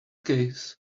case